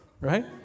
right